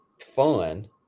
fun